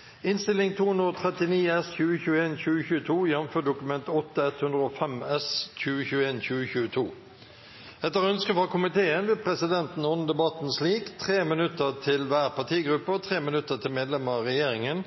minutter til medlemmer av regjeringen.